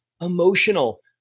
emotional